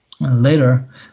Later